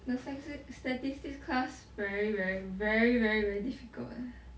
the saxi~ statistics class very very very very very difficult eh